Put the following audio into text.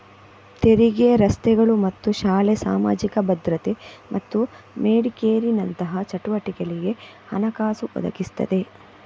ತೆರಿಗೆ ರಸ್ತೆಗಳು ಮತ್ತು ಶಾಲೆ, ಸಾಮಾಜಿಕ ಭದ್ರತೆ ಮತ್ತು ಮೆಡಿಕೇರಿನಂತಹ ಚಟುವಟಿಕೆಗಳಿಗೆ ಹಣಕಾಸು ಒದಗಿಸ್ತದೆ